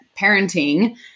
parenting